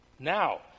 Now